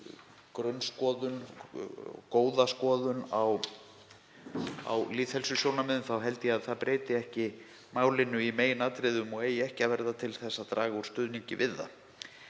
í grunnskoðun og góða skoðun á lýðheilsusjónarmiðum þá held ég að það breyti ekki málinu í meginatriðum og eigi ekki að verða til þess að draga úr stuðningi við það.